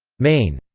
main.